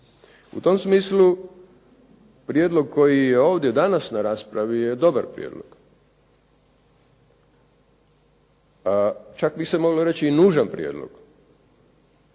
U tom smislu prijedlog koji je ovdje danas na raspravi je dobar prijedlog. Čak bi se moglo reći i nužan prijedlog,